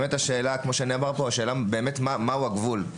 השאלה היא מה הגבול.